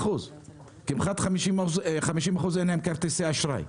כמעט 50% אין להם כרטיסי אשראי,